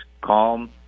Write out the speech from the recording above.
calm